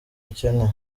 bukene